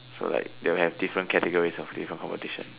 so like they'll have different categories of different competition